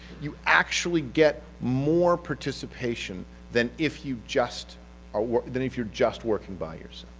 you actually get more participation than if you just um than if you're just working by yourself.